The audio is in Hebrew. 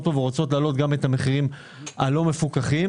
ורוצות להעלות גם את המחירים הלא מפוקחים.